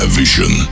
vision